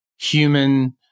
human